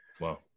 Wow